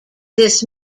this